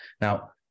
Now